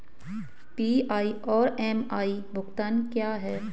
PI और M I भुगतान क्या हैं?